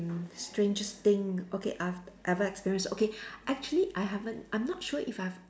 strangest thing okay I've ever experienced okay actually I haven't I'm not sure if I've